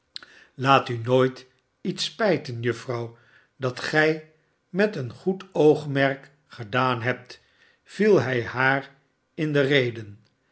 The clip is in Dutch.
laat u nooit iets spijten juffrouw dat gij met een goed oogmerk gedaan hebt viel hij haar in de rede